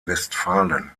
westfalen